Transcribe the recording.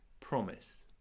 promise